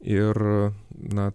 ir na